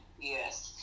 yes